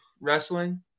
wrestling